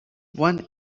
one